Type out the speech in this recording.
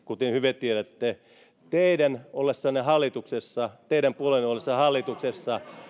kuten hyvin tiedätte teidän ollessanne hallituksessa teidän puolueenne ollessa hallituksessa